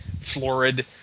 florid